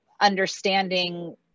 understanding